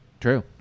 True